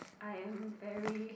I am very